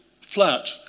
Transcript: flat